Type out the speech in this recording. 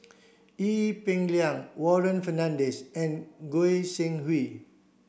Ee Peng Liang Warren Fernandez and Goi Seng Hui